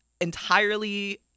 entirely